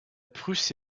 prusse